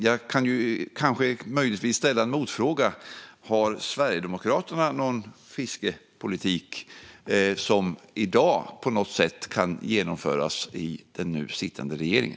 Jag kan möjligtvis ställa en motfråga: Har Sverigedemokraterna någon fiskeripolitik som i dag på något sätt kan genomföras i den nu sittande regeringen?